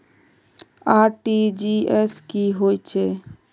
RTGS की होचए?